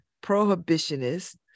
prohibitionist